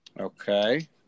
Okay